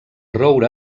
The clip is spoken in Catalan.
roure